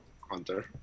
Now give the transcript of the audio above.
Hunter